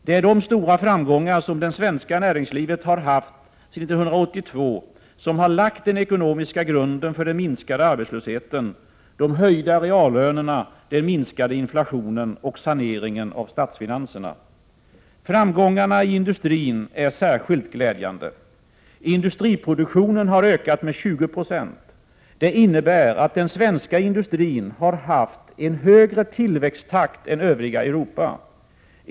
Det är de stora framgångar som det svenska näringslivet har haft sedan 1982 som har lagt den ekonomiska grunden för den minskade arbetslösheten, de höjda reallönerna, den minskade inflationen och saneringen av statsfinanserna. Framgångarna i industrin är särskilt glädjande. Industriproduktionen har ökat med 20 20. Det innebär att den svenska industrin har haft en högre tillväxttakt än övriga Europas.